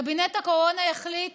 קבינט הקורונה יחליט